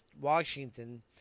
Washington